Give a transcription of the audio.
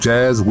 Jazz